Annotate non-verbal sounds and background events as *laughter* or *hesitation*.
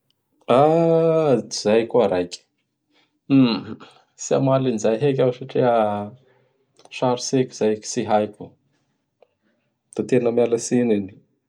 *hesitation* Dzay koa raiky! *hesitation* Tsy hamaly an'izay heky iaho satria sarotsy heky zay ka tsy haiko. Da tena mialatsy any.